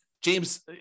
James